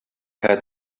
had